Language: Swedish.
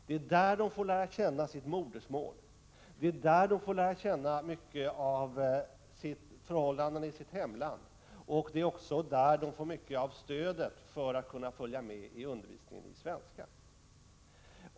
Det är i denna undervisning de får lära sig sitt modersmål, det är där de får lära känna många av förhållandena i sitt hemland, och det är också där som de får mycket stöd för att kunna följa med i undervisningen i svenska.